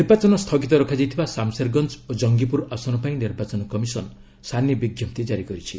ନିର୍ବାଚନ ସ୍ଥୁଗିତ ରଖାଯାଇଥିବା ସାମସେରଗଞ୍ଜ ଓ କଙ୍ଗିପୁର ଆସନ ପାଇଁ ନିର୍ବାଚନ କମିଶନ୍ ସାନି ବିଜ୍ଞପ୍ତି ଜାରି କରିଛି